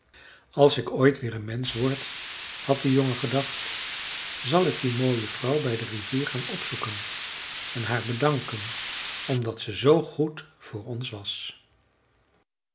als ik ooit weer een mensch word had de jongen gedacht zal ik die mooie vrouw bij de rivier gaan opzoeken en haar bedanken omdat ze zoo goed voor ons was